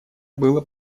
было